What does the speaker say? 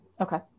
Okay